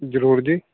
ਜ਼ਰੂਰ ਜੀ